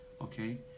okay